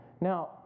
Now